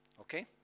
Okay